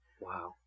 Wow